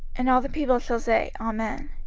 and all the people shall say, amen.